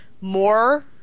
more